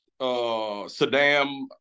Saddam